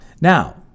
Now